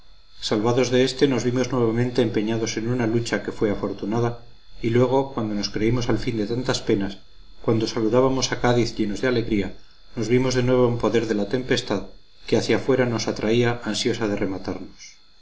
salvados de éste nos vimos nuevamente empeñados en una lucha que fue afortunada y luego cuando nos creímos al fin de tantas penas cuando saludábamos a cádiz llenos de alegría nos vimos de nuevo en poder de la tempestad que hacia fuera nos atraía ansiosa de rematarnos